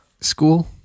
school